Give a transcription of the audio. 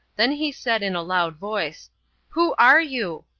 then he said in a loud voice who are you?